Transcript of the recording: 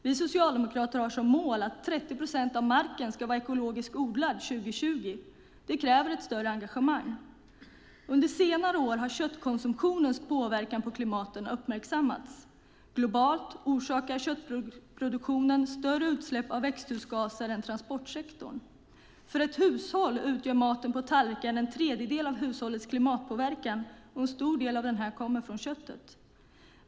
Vi socialdemokrater har som mål att 30 procent av marken ska vara ekologiskt odlad 2020. Det kräver ett större engagemang. Under senare år har köttkonsumtionens påverkan på klimatet uppmärksammats. Globalt orsakar köttproduktionen större utsläpp av växthusgaser än transportsektorn. För ett hushåll utgör maten på tallriken en tredjedel av hushållets klimatpåverkan, och en stor del av denna kommer från köttet.